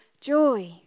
joy